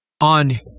on